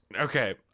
Okay